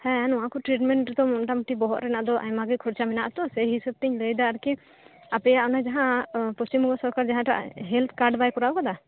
ᱦᱮᱸ ᱱᱚᱣᱟ ᱠᱚ ᱴᱤᱴᱢᱮᱱᱴ ᱨᱮᱫᱚ ᱢᱳᱴᱟ ᱢᱩᱴᱤ ᱵᱚᱦᱚᱜ ᱨᱮᱱᱟᱜ ᱫᱚ ᱟᱭᱢᱟᱜᱮ ᱠᱷᱚᱨᱪᱟ ᱢᱮᱱᱟᱜ ᱟ ᱛᱳ ᱥᱮ ᱦᱤᱥᱟᱹ ᱛᱤᱧ ᱞᱟᱹᱭ ᱮᱫᱟ ᱟᱨᱠᱤ ᱟᱯᱮᱭᱟᱜ ᱚᱱᱟ ᱡᱟᱸᱦᱟ ᱯᱚᱥᱪᱤᱢ ᱵᱚᱝᱜᱚ ᱥᱚᱨᱠᱟᱨ ᱡᱟᱸᱦᱟᱴᱟᱜ ᱦᱮᱞᱚᱛᱷ ᱠᱟᱨᱰ ᱵᱟᱭ ᱠᱚᱨᱟᱣ ᱟᱠᱟᱫᱟᱭ